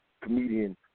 comedian